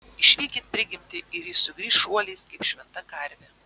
išvykit prigimtį ir ji sugrįš šuoliais kaip šventa karvė